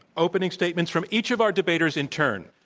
opening statements from each of our debaters in turn.